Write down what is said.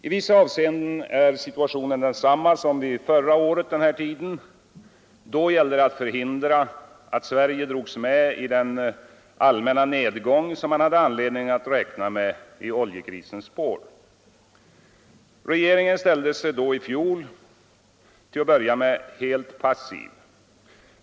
I vissa avseenden är situationen densamma som förra året vid den här tiden. Då gällde det att förhindra att Sverige drogs med i den allmänna nedgång som man hade anledning att räkna med i oljekrisens spår. Regeringen ställde sig i det läget till att börja med helt passiv.